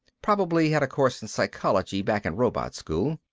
probably had a course in psychology back in robot school.